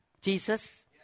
Jesus